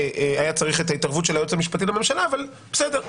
היה צריך את ההתערבות של היועץ המשפטי לממשלה אבל בסדר,